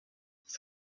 das